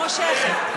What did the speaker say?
מושכת.